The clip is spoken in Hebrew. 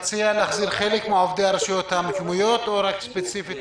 אתה מציע להחזיר חלק מעובדי הרשויות המקומיות או רק ספציפית